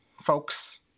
folks